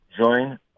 join